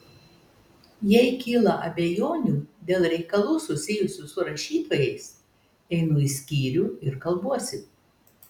jei kyla abejonių dėl reikalų susijusių su rašytojais einu į skyrių ir kalbuosi